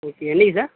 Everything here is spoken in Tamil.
ஓகே என்னைக்கு சார்